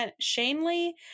Shanley